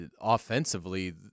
offensively